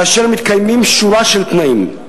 כאשר מתקיימים שורה של תנאים.